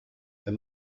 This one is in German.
wenn